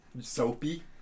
Soapy